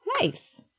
nice